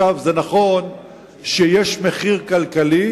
זה נכון שיש מחיר כלכלי.